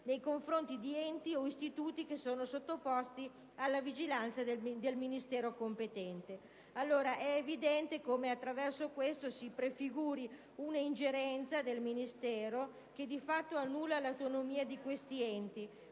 nei confronti di enti o istituti che sono sottoposti alla vigilanza del Ministero competente. Allora è evidente come attraverso questo si prefiguri una ingerenza del Ministero che di fatto annulla l'autonomia di questi enti.